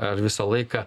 ar visą laiką